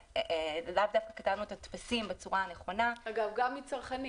ושלאו דווקא כתבנו את הטפסים בצורה הנכונה --- גם מצרכנים,